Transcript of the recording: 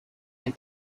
and